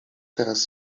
teraz